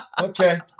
Okay